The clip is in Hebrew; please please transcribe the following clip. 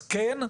כן,